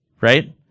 right